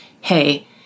hey